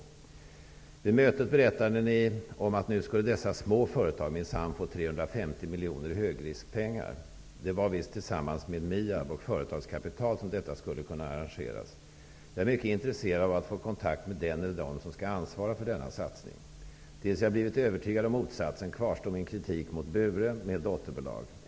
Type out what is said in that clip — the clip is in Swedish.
Vid mötet berättade Ni, om att nu skulle dessa små företag minsann få 350 miljoner i högriskpengar. Det var visst tillsammans med MIAB och Företagskapital som detta skulle arrangeras. Jag är mycket intresserad av att få kontakt med den eller dem som skall ansvara för denna satsning. Tills jag blivit övertygad om matsatsen, kvarstår min kritik mot Bure med dotterbolag.